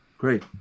Great